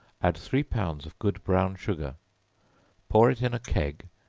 add three pounds of good brown sugar pour it in a keg,